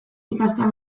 ikastea